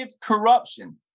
corruption